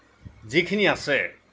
যিখিনি আছে